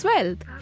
Wealth।